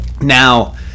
Now